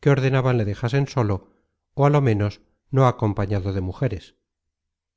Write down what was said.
que ordenaban le dejasen solo ó á lo menos no acompañado de mujeres